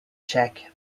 cheque